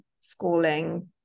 schooling